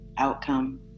Outcome